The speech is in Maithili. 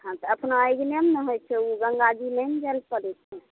हँ तऽ अपना अङ्गनेमे ने होइ छै ओ गङ्गा जी नहि ने जाए लए पड़ै छै